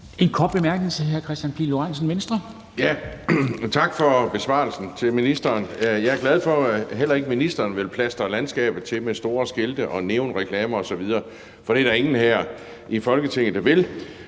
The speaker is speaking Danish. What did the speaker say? Venstre. Kl. 11:02 Kristian Pihl Lorentzen (V): Tak til ministeren for besvarelsen. Jeg er glad for, at heller ikke ministeren vil plastre landskabet til med store skilte, neonreklamer osv., for det er der ingen her i Folketinget der vil.